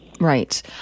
Right